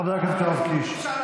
תודה רבה לחבר הכנסת יואב קיש.